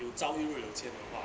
有找又有钱的话